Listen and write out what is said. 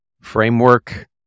framework